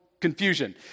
confusion